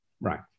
Right